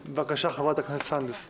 של חברי הכנסת אימאן ח'טיב יאסין,